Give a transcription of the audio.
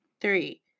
Three